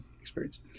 experience